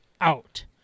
out